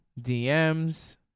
DMs